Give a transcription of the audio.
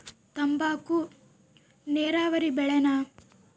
ತಂಬಾಕು ನೇರಾವರಿ ಬೆಳೆನಾ?